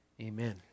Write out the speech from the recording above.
Amen